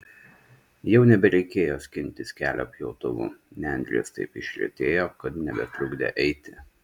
jau nebereikėjo skintis kelio pjautuvu nendrės taip išretėjo kad nebetrukdė eiti